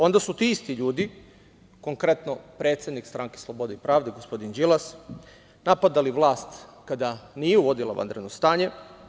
Onda su ti isti ljudi, konkretno predsednik Stranke slobode i pravde gospodin Đilas, napadali vlast kada nije uvodila vanredno stanje.